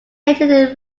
attended